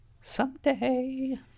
Someday